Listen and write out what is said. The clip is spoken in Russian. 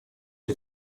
для